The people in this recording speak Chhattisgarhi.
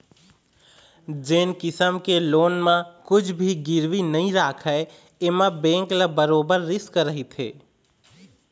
जेन किसम के लोन म कुछ भी गिरवी नइ राखय एमा बेंक ल बरोबर रिस्क रहिथे